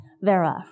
thereof